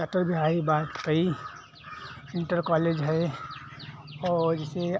अटल Bihari Bajpayee inter college है और जैसे